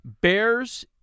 Bears –